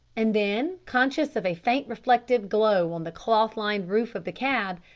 and then, conscious of a faint reflected glow on the cloth-lined roof of the cab,